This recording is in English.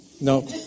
No